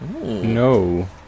No